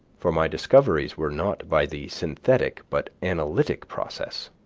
for my discoveries were not by the synthetic but analytic process